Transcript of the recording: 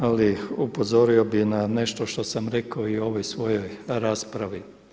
Ali upozorio bih na nešto što sam rekao i u ovoj svojoj raspravi.